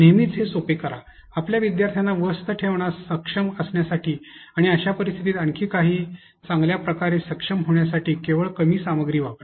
नेहमीच हे सोपे करा आपल्या विद्यार्थ्यांना व्यस्त ठेवण्यास सक्षम असण्यासाठी आणि अशा परिस्थितीत आणखी चांगल्या प्रकारे सक्षम होण्यासाठी केवळ कमी सामग्री वापरा